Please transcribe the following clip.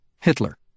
Hitler